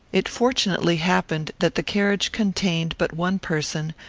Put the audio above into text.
it fortunately happened that the carriage contained but one person,